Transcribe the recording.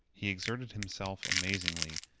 he exerted himself amazingly,